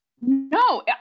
No